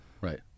right